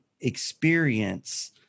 experience